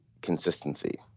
consistency